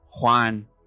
Juan